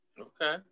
Okay